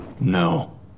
No